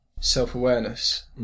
self-awareness